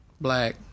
black